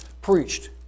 preached